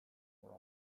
were